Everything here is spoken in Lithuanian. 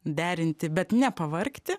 derinti bet nepavargti